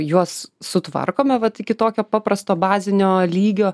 juos sutvarkome vat iki tokio paprasto bazinio lygio